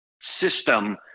system